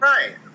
Right